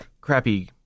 crappy